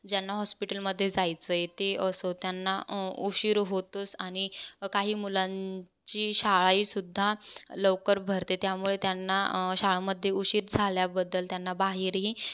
ज्यांना हॉस्पिटलमध्ये जायचं आहे ते असो त्यांना उशीर होतोच आणि काही मुलांची शाळाही सुद्धा लवकर भरते त्यामुळे त्यांना शाळांमध्ये उशीर झाल्याबद्दल त्यांना बाहेरही कधी कधी